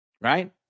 right